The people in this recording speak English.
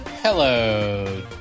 Hello